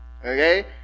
Okay